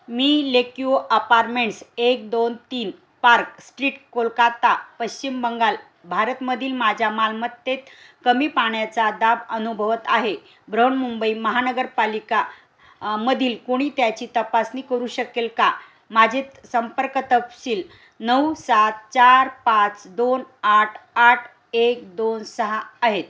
मी Lakeview apartments एक दोन तीन पार्क स्ट्रीट कोलकाता पश्चिम बंगाल भारतमधील माझ्या मालमत्तेत कमी पाण्याचा दाब अनुभवत आहे बृहन्मुंबई महानगरपालिका मधील कोणी त्याची तपासणी करू शकेल का माझे संपर्क तपशील नऊ सात चार पाच दोन आठ आठ एक दोन सहा आहेत